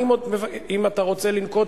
אם אתה רוצה לנקוט,